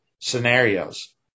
scenarios